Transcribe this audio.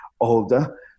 older